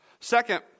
Second